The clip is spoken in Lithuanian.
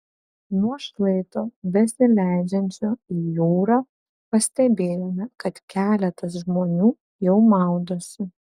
nuo šlaito besileidžiančio į jūrą pastebėjome kad keletas žmonių jau maudosi